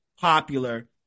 popular